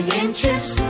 inches